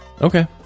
Okay